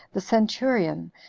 the centurion,